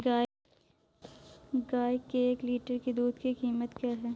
गाय के एक लीटर दूध की कीमत क्या है?